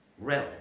realm